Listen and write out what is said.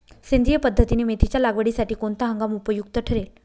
सेंद्रिय पद्धतीने मेथीच्या लागवडीसाठी कोणता हंगाम उपयुक्त ठरेल?